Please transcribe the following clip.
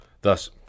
Thus